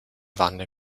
wanne